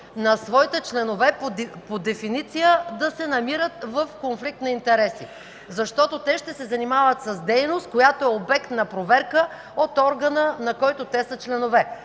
на своите членове по дефиниция да се намират в конфликт на интереси, защото те ще се занимават с дейност, която е обект на проверка от органа, на който те са членове.